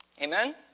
Amen